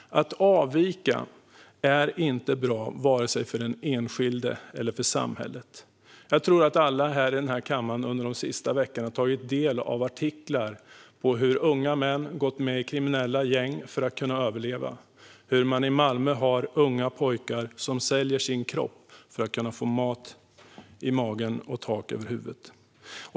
Att avvika är inte bra för vare sig den enskilde eller samhället. Jag tror att alla här i kammaren under de senaste veckorna har tagit del av artiklar om hur unga män gått med i kriminella gäng för att kunna överleva. Man har i Malmö unga pojkar som säljer sin kropp för att kunna få mat i magen och tak över huvudet.